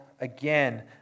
again